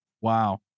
Wow